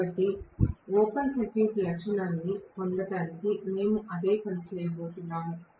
కాబట్టి open circuit లక్షణాన్ని పొందడానికి మేము అదే పని చేయబోతున్నాము